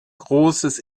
großes